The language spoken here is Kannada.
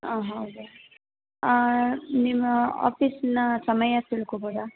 ಹಾಂ ಹೌದಾ ನಿಮ್ಮ ಆಫೀಸ್ನ ಸಮಯ ತಿಳ್ಕೋಬೋದಾ